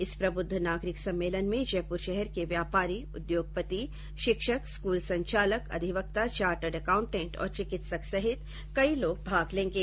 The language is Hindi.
इस प्रबुद्ध नागरिक सम्मेलन में जयपुर शहर के व्यापारी उद्योगपति शिक्षक स्कूल संचालक अधिवक्ता चार्टर्ड अकाउंटेंट और चिकित्सक सहित कई लोग भाग लेंगे